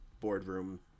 boardroom